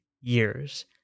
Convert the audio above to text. years